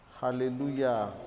Hallelujah